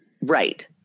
Right